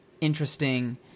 interesting